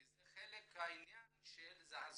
כי חלק מהעניין הוא הסברה